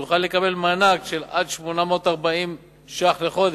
תוכל לקבל מענק של עד 840 שקלים לחודש,